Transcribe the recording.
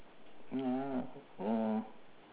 no oh